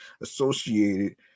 associated